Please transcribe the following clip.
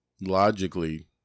Logically